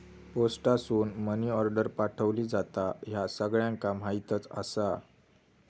पोस्टासून money order पाठवली जाता, ह्या सगळ्यांका माहीतच आसा